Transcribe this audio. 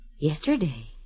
Yesterday